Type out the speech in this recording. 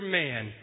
man